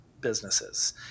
businesses